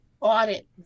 audit